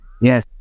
Yes